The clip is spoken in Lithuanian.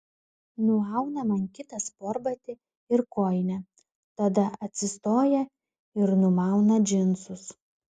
nuauna man kitą sportbatį ir kojinę tada atsistoja ir numauna džinsus